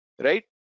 right